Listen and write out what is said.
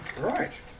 right